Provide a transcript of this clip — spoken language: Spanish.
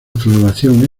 floración